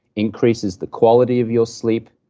increases the quality of your sleep,